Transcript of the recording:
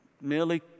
merely